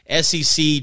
SEC